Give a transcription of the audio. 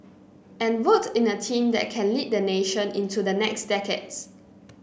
and vote in a team that can lead the nation into the next decades